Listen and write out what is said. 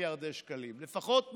מיליארדי השקלים, לפחות מחצית,